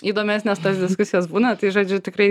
įdomesnės tos diskusijos būna tai žodžiu tikrai